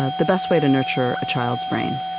ah the best way to nurture a child's brain.